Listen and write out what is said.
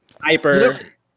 Hyper